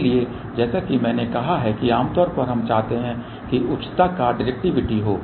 इसलिए जैसा कि मैंने कहा कि आमतौर पर हम चाहते हैं कि उच्चता का डिरेक्टिविटि हो